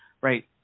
right